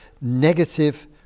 negative